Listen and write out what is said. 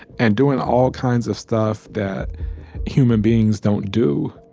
and doing all kinds of stuff that human beings don't do,